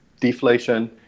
deflation